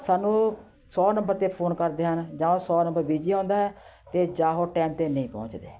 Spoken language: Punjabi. ਸਾਨੂੰ ਸੌ ਨੰਬਰ 'ਤੇ ਫ਼ੋਨ ਕਰਦੇ ਹਨ ਜਾਂ ਉਹ ਸੌ ਨੰਬਰ ਬਿਜ਼ੀ ਆਉਂਦਾ ਹੈ ਅਤੇ ਜਾਂ ਉਹ ਟਾਈਮ 'ਤੇ ਨਹੀਂ ਪਹੁੰਚਦੇ